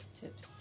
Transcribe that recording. tips